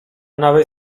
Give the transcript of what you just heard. nawet